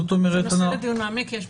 זה נושא לדיון מעמיק.